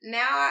Now